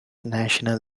national